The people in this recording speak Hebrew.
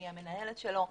היא המנהלת שלו.